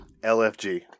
LFG